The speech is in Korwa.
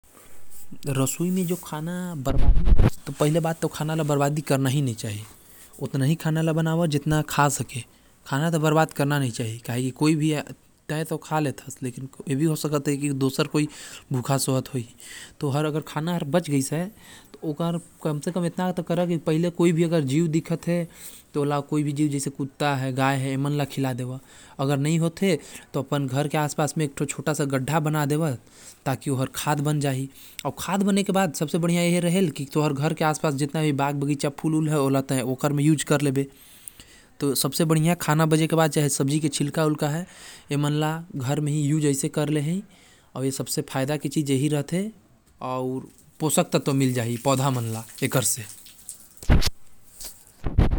पहली बात रसोई में खाना बर्बाद नहीं होये के चाही खाना हमेशा उचित मात्रा में मनाना चाही अउ अगर खाना बच जाये तो बचल ला जानवर ला दे देहि नहीं तो गड्डा खोद कर ओ में डाल कर छोड़ दे खाद बन जाहि जो पेड़ पौधा के काम आहि।